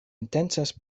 intencas